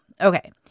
okay